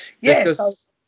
Yes